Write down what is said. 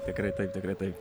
tikrai taip tikrai taip